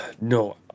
No